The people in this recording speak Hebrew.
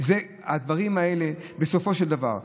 זה הדברים האלה בסופו של דבר.